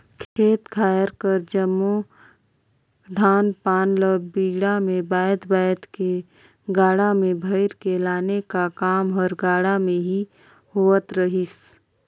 खेत खाएर कर जम्मो धान पान ल बीड़ा मे बाएध बाएध के गाड़ा मे भइर के लाने का काम हर गाड़ा मे ही होवत रहिस